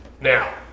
Now